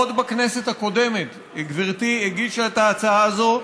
עוד בכנסת הקודמת גברתי הגישה את ההצעה הזאת.